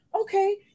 Okay